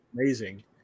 amazing